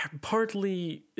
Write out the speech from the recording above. Partly